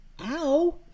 Ow